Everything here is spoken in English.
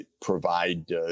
provide